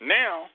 now